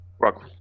Welcome